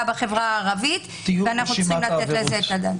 בחברה הערבית ואנחנו צריכים לתת על זה את הדעת.